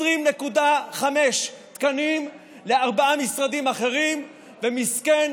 20.5 תקנים לארבעה משרדים אחרים, ומסכן